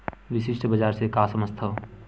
विशिष्ट बजार से का समझथव?